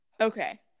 okay